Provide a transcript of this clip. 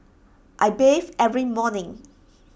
I bathe every morning